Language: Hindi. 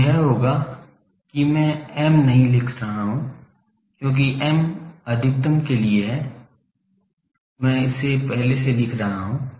तो यह होगा कि मैं m नहीं लिख रहा हूं क्योंकि m अधिकतम के लिए है मैं इसे पहले से लिख रहा हूं